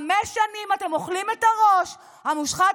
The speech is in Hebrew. חמש שנים אתם אוכלים את הראש: המושחת,